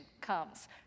comes